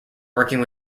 working